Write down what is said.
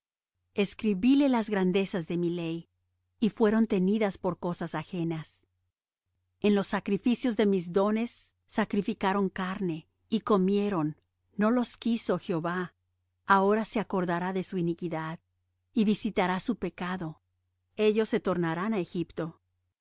escribíle las grandezas de mi ley y fueron tenidas por cosas ajenas en los sacrificios de mis dones sacrificaron carne y comieron no los quiso jehová ahora se acordará de su iniquidad y visitará su pecado ellos se tornarán á egipto